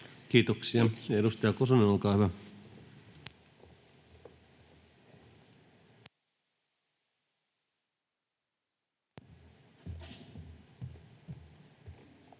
Kiitoksia. — Edustaja Kosonen, olkaa hyvä.